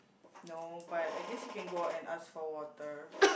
no but I guess you can go out and ask for water